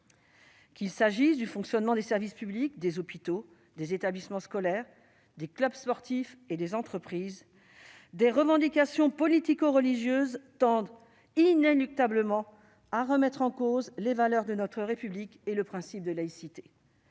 Qu'il s'agisse du fonctionnement des services publics, des hôpitaux, des établissements scolaires, des clubs sportifs et des entreprises, des revendications politico-religieuses tendent inéluctablement à remettre en cause les valeurs de notre République et le principe de laïcité.